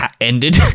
ended